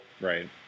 Right